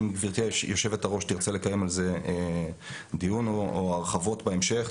אם גברתי היושבת-ראש תרצה לקיים על זה דיון או הרחבות בהמשך,